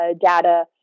data